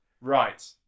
right